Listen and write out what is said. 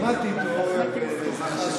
לבן שלי בשבת הבאה, פרשת יתרו, יש בר-מצווה.